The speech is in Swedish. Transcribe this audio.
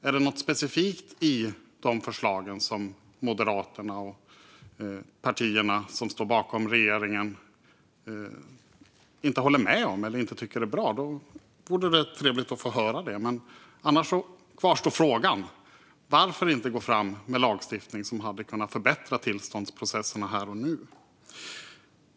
Är det något specifikt i de förslagen som Moderaterna och de andra partier som står bakom regeringen inte håller med om eller inte tycker är bra? I så fall vore det trevligt att få höra det. Annars kvarstår min fråga: Varför inte gå fram med lagstiftning som hade kunnat förbättra tillståndsprocesserna här och nu?